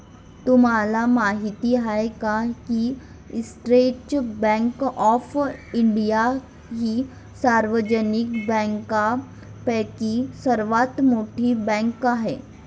तुम्हाला माहिती आहे का की स्टेट बँक ऑफ इंडिया ही सार्वजनिक बँकांपैकी सर्वात मोठी बँक आहे